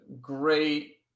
great